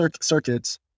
circuits